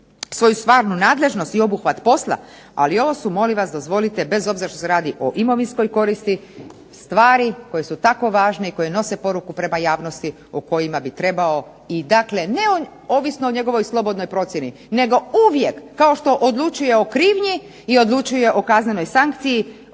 svoju stvarnu nadležnost i obuhvat posla. Ali ovo su molim vas dozvolite bez obzira što se radi o imovinskoj koristi stvari koje su tako važne i koje nose poruku prema javnosti o kojima bi trebao. I dakle, neovisno o njegovoj slobodnoj procjeni, nego uvijek kao što odlučuje o krivnji i odlučuje o kaznenoj sankciji